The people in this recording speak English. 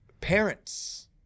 parents